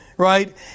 Right